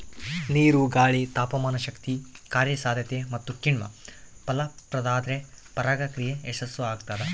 ನೀರು ಗಾಳಿ ತಾಪಮಾನಶಕ್ತಿ ಕಾರ್ಯಸಾಧ್ಯತೆ ಮತ್ತುಕಿಣ್ವ ಫಲಪ್ರದಾದ್ರೆ ಪರಾಗ ಪ್ರಕ್ರಿಯೆ ಯಶಸ್ಸುಆಗ್ತದ